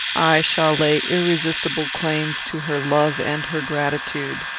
i shall lay irresistible claims to her love and her gratitude.